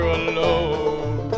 alone